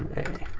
a.